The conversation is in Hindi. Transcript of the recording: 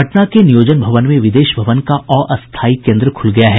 पटना के नियोजन भवन में विदेश भवन का अस्थायी केन्द्र खुल गया है